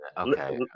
Okay